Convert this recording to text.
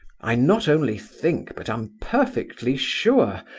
i not only think, but am perfectly sure,